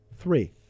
Three